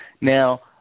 Now